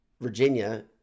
virginia